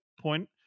point